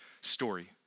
story